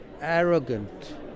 arrogant